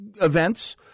events